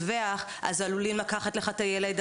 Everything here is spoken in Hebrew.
אז עלולים לקחת לך את הילד,